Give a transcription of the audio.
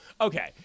Okay